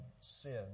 sin